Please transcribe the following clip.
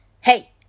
Hey